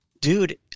Dude